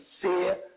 sincere